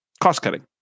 cost-cutting